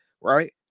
Right